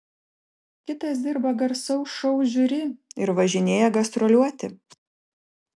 kitas dirba garsaus šou žiuri ir važinėja gastroliuoti